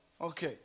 Okay